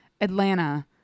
Atlanta